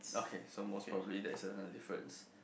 okay so most probably that is another difference